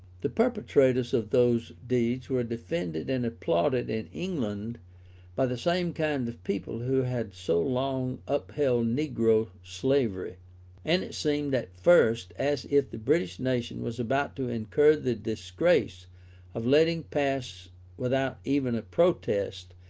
the perpetrators of those deeds were defended and applauded in england by the same kind of people who had so long upheld negro slavery and it seemed at first as if the british nation was about to incur the disgrace of letting pass without even a protest,